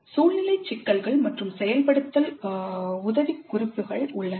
சூழ்நிலை சிக்கல்கள் மற்றும் செயல்படுத்தல் உதவிக்குறிப்புகள் உள்ளன